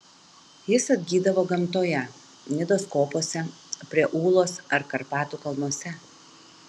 jis atgydavo gamtoje nidos kopose prie ūlos ar karpatų kalnuose